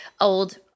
old